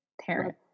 parent